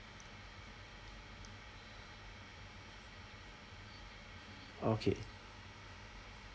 okay